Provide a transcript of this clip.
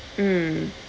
mm